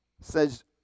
says